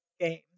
games